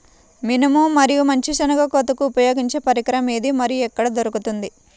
మినుము మరియు మంచి శెనగ కోతకు ఉపయోగించే పరికరం ఏది మరియు ఎక్కడ దొరుకుతుంది?